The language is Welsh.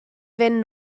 fynd